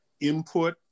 input